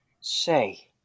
Say